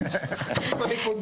ימני,